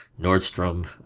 Nordstrom